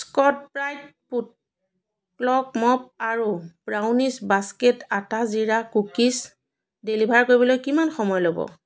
Scott Brite footlock mop আৰু brownies basket atta jeera cookies deliver কৰিবলৈ কিমান সময় ল'ব